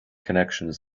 connections